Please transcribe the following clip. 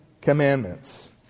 commandments